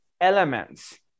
elements